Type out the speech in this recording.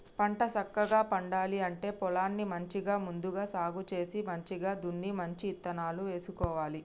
పంట సక్కగా పండాలి అంటే పొలాన్ని మంచిగా ముందుగా సాగు చేసి మంచిగ దున్ని మంచి ఇత్తనాలు వేసుకోవాలి